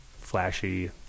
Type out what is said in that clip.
flashy